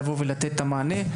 לבוא ולתת את המענה.